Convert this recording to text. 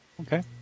Okay